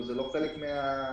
זה לא חלק מהעניין.